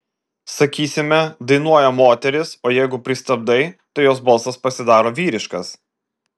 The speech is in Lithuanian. sakysime dainuoja moteris o jeigu pristabdai tai jos balsas pasidaro vyriškas